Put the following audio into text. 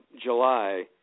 July